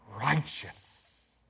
righteous